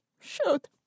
Shoot